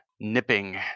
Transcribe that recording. nipping